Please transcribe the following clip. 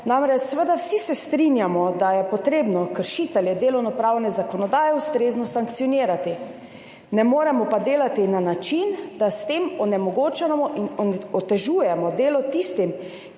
Namreč, seveda se vsi strinjamo, da je potrebno kršitelje delovnopravne zakonodaje ustrezno sankcionirati. Ne moremo pa delati na način, da s tem onemogočamo in otežujemo delo tistim,